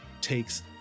takes